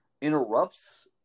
interrupts